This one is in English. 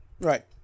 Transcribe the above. Right